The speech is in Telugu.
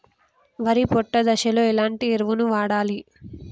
వరి పొట్ట దశలో ఎలాంటి ఎరువును వాడాలి?